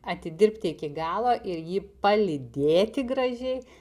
atidirbti iki galo ir jį palydėti gražiai